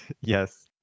Yes